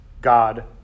God